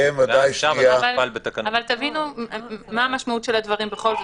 אבל תבינו מה המשמעות של הדברים בכל זאת,